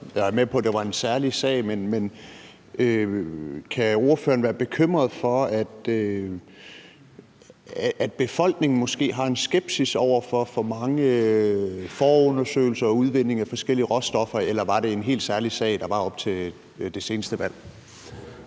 Jeg er med på, det var en særlig sag. Men kan ordføreren være bekymret for, at befolkningen måske har en skepsis over for for mange forundersøgelser og udvinding af forskellige råstoffer, eller var det en helt særlig sag, der var op til det seneste valg?